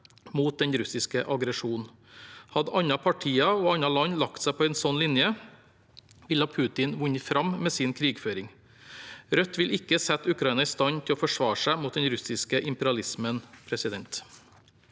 mot den russiske aggresjonen. Hadde andre partier og andre land lagt seg på en slik linje, ville Putin ha vunnet fram med sin krigføring. Rødt vil ikke sette Ukraina i stand til å forsvare seg mot den russiske imperialismen. Siden